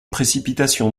précipitations